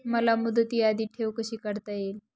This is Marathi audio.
मला मुदती आधी ठेव कशी काढता येईल?